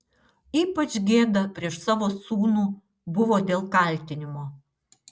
ypač gėda prieš savo sūnų buvo dėl kaltinimo